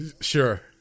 Sure